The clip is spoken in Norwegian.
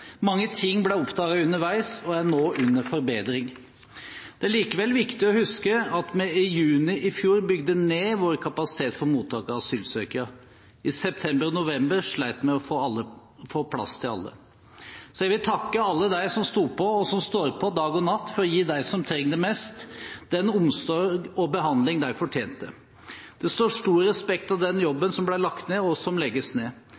Mange ting ble oppdaget underveis, og er nå under forbedring. Det er likevel viktig å huske at vi i juni i fjor bygde ned vår kapasitet for mottak av asylsøkere. I september og november slet vi med å få plass til alle. Jeg vil takke alle dem som sto på, og står på, dag og natt for å gi dem som trengte det mest, den omsorg og behandling de fortjente. Det står stor respekt av den jobben som ble lagt ned og som legges ned,